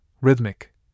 rhythmic